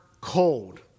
cold